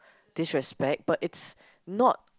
disrespect but it's not